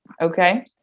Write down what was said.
Okay